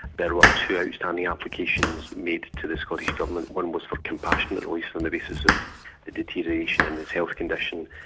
there were two um outstanding applications made to the scottish government. one was for compassionate release on the basis of the deterioration in his health condition,